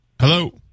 hello